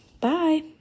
Bye